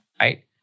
right